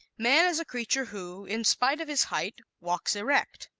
man is a creature who, in spite of his height, walks erect.